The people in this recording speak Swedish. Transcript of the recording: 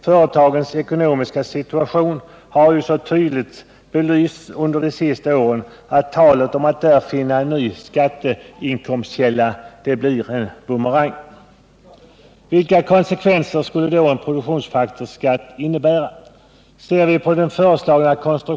Företagens ekonomiska situation har ju tydligt belysts under de senaste åren, och talet om att här finna en ny skatteinkomstkälla blir en bumerang. Vilka konsekvenser skulle då en produktionsfaktorsskatt innebära?